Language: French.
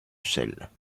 chelles